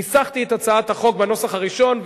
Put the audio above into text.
ניסחתי את הצעת החוק בנוסח הראשון,